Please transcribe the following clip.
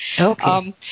Okay